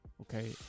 okay